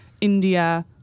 India